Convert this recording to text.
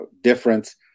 difference